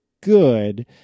good